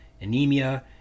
anemia